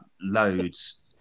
Loads